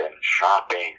shopping